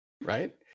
Right